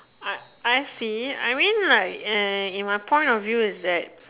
I I see I mean like eh in my point of view is that